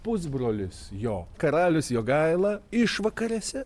pusbrolis jo karalius jogaila išvakarėse